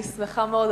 אני שמחה מאוד.